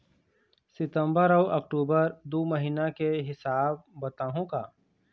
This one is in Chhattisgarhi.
सितंबर अऊ अक्टूबर दू महीना के हिसाब बताहुं का?